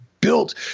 built